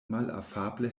malafable